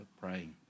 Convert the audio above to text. praying